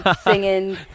singing